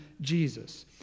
Jesus